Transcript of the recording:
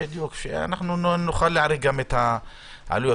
שנוכל להעריך את העלויות.